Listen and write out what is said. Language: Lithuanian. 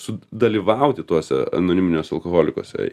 sudalyvauti tuose anoniminiuose alkoholikuose